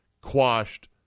quashed